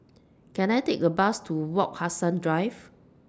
Can I Take A Bus to Wak Hassan Drive